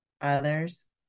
others